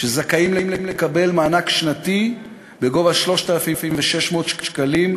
שזכאים לקבל מענק שנתי בגובה 3,600 שקלים,